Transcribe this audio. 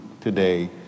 today